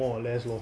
more or less lor